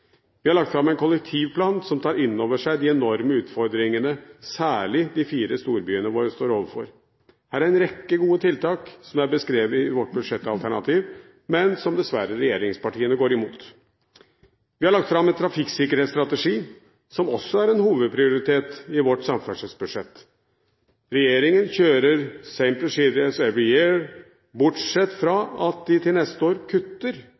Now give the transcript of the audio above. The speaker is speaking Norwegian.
Vi har lagt fram en kollektivplan som tar inn over seg de enorme utfordringene særlig de fire storbyene våre står overfor. Her er en rekke gode tiltak som er beskrevet i vårt budsjettalternativ, men som dessverre regjeringspartiene går imot. Vi har lagt fram en trafikksikkerhetsstrategi, som også er en hovedprioritet i vårt samferdselsbudsjett. Regjeringen kjører «same procedure as every year», bortsett fra at de til neste år kutter